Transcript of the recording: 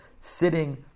sitting